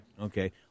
Okay